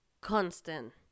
constant